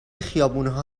خیابونها